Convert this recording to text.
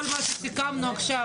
כל מה שסיכמנו עכשיו,